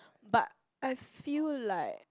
but I feel like